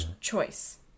choice